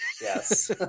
Yes